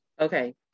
Okay